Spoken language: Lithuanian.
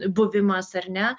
buvimas ar ne